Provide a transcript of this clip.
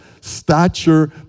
stature